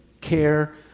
care